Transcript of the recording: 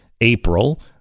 April